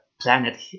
planet